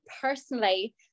personally